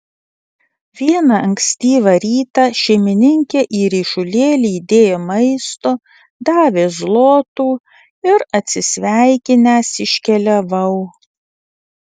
vieną ankstyvą rytą šeimininkė į ryšulėlį įdėjo maisto davė zlotų ir atsisveikinęs iškeliavau